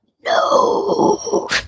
No